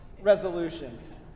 resolutions